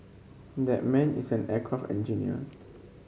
that man is an aircraft engineer